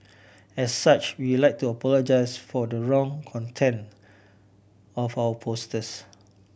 as such we'll like to apologise for the wrong content of our posters